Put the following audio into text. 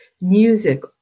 music